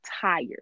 tired